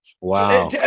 Wow